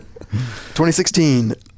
2016